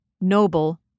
noble